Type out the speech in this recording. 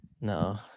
No